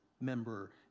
member